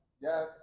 yes